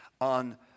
on